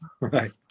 Right